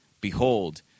Behold